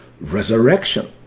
resurrection